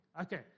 Okay